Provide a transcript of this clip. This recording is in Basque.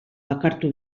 bakartu